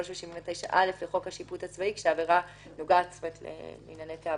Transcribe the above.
ו-79א לחוק השיפוט הצבאי כשהעבירה נוגעת לענייני תעבורה.